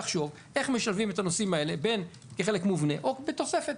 לחשוב איך משלבים את הנושאים האלה בין כחלק מובנה או בתוספת.